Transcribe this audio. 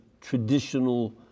traditional